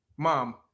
Mom